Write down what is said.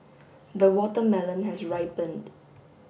the watermelon has ripened